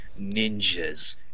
ninjas